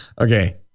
Okay